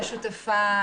שותפה